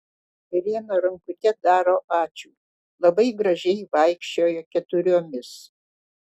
irena rankute daro ačiū labai gražiai vaikščioja keturiomis